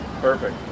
Perfect